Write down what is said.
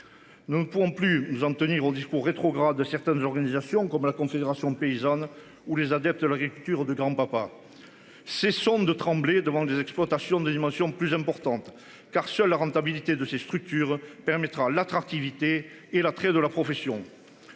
Nous ne pouvons plus nous en tenir aux discours rétrograde de certaines organisations comme la Confédération paysanne ou les adeptes de l'agriculture de grand-papa. Ces sondes de trembler devant des exploitations de dimension plus importante car seule la rentabilité de ces structures permettra l'attractivité et l'attrait de la profession.